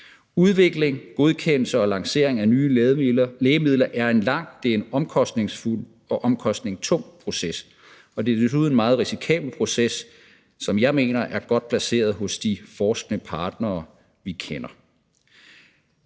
Udvikling, godkendelse og lancering af nye lægemidler er en lang, omkostningsfuld og omkostningstung proces, og det er desuden en meget risikabel proces, som jeg mener er godt placeret hos de forskningspartnere, vi kender.